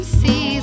see